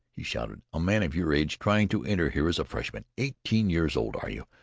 he shouted. a man of your age trying to enter here as a freshman. eighteen years old, are you?